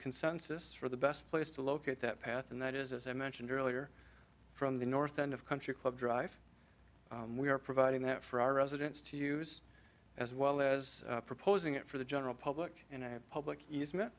consensus for the best place to locate that path and that is as i mentioned earlier from the north end of country club drive we are providing that for our residents to use as well as proposing it for the general public and public